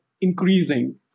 increasing